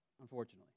Unfortunately